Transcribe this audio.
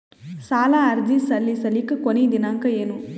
ಸಾಲ ಅರ್ಜಿ ಸಲ್ಲಿಸಲಿಕ ಕೊನಿ ದಿನಾಂಕ ಏನು?